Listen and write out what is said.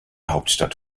hauptstadt